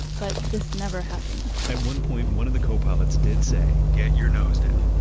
but this never happened at one point, one of the copilots did say, get your nose down.